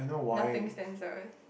nothing stands out